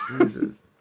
Jesus